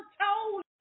told